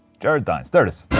jared dines, there it is.